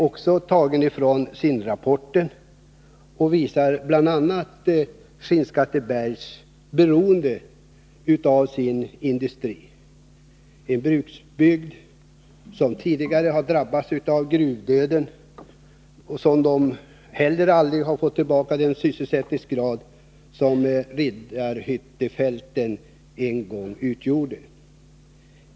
Den är hämtad från SIND-rapporten och visar bl.a. Skinnskattebergs beroende av sin industri. Skinnskatteberg är en bruksbygd som tidigare har drabbats av gruvdöden. Man har aldrig fått tillbaka de sysselsättningstillfällen som Riddarhyttefälten en gång gav.